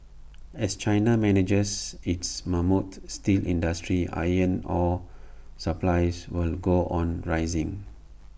as China manages its mammoth steel industry iron ore supplies will go on rising